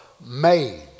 made